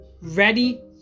Ready